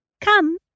Come